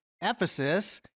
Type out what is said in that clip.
Ephesus